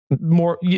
more